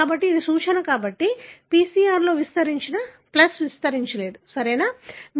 కాబట్టి అది సూచన కాబట్టి PCR లో విస్తరించిన ప్లస్ విస్తరించలేదు సరేనా